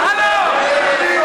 אתם יודעים מה